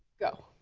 go.